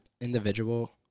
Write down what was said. individual